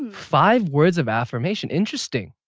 five words of affirmation, interesting